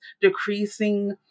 decreasing